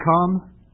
come